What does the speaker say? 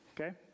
Okay